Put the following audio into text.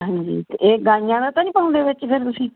ਹਾਂਜੀ ਤੇ ਇਹ ਗਾਈਆਂ ਦਾ ਤਾਂ ਨੀ ਪਾਉਂਦੇ ਵਿੱਚ ਫੇਰ ਤੁਸੀਂ